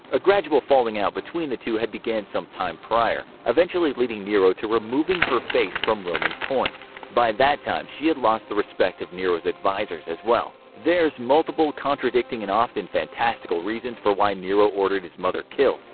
a gradual falling out between the two had began some time prior, eventually leading nero to removing her face from roman coins. by that time she had lost the respect of nero's advisors as well. there's multiple, contradicting, and often fantastical, reasons for why nero ordered his mother killed.